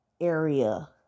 area